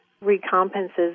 recompenses